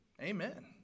Amen